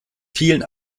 vielen